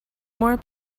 more